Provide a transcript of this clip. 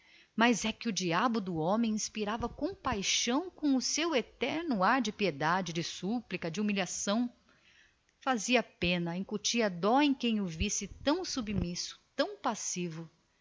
mas a coisa era que o diabo do homem apesar das suas prósperas circunstâncias impunha certa lástima impressionava com o seu eterno ar de piedade de súplica de resignação e humildade fazia pena incutia dó em quem o visse tão submisso tão passivo